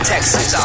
Texas